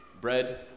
bread